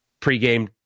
pregame